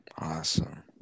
Awesome